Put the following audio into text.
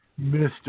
Mr